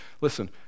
listen